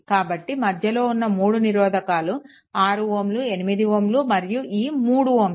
కాబట్టి మధ్యలో ఉన్న 3 నిరోధకాలు 6Ω 8Ω మరియు ఈ 3 Ω